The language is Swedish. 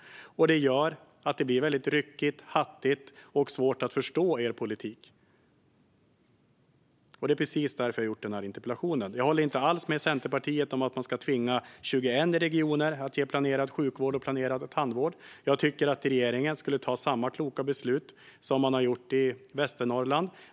Det gör att det blir ryckigt, hattigt och svårt att förstå er politik, och det är precis därför jag har ställt den här interpellationen. Jag håller inte alls med Centerpartiet om att vi bör tvinga 21 regioner att ge planerad sjukvård och tandvård, utan jag tycker att regeringen ska ta samma kloka beslut som man har gjort i Västernorrland.